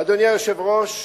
אדוני היושב-ראש,